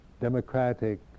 democratic